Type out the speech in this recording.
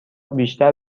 بیشتر